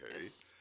Yes